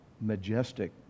majestic